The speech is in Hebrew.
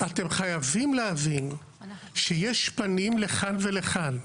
אתם חייבים להבין שיש פנים לכאן ולכאן.